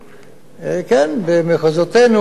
כן, במחוזותינו,